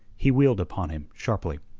he wheeled upon him sharply.